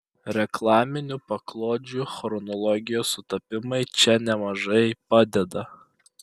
reklaminių paklodžių chronologijos sutapimai čia nemažai padeda